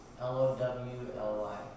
L-O-W-L-Y